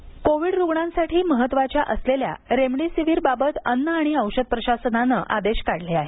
remdesivir Covid रुग्णांसाठी महत्त्वाच्या असलेल्या रेमडिसिविर बाबत अन्न आणि औषध प्रशासनाने आदेश काढले आहेत